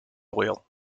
oil